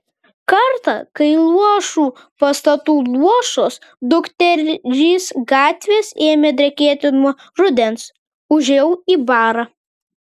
kartą kai luošų pastatų luošos dukterys gatvės ėmė drėkti nuo rudens užėjau į barą